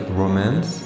romance